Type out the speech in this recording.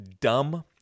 dumb